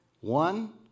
One